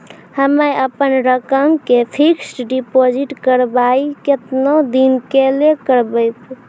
हम्मे अपन रकम के फिक्स्ड डिपोजिट करबऽ केतना दिन के लिए करबऽ?